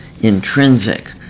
intrinsic